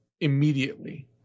immediately